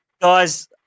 guys